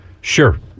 sure